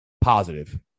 positive